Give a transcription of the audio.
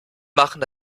machen